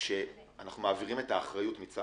שאנחנו מעבירים את האחריות מצד